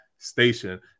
Station